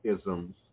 isms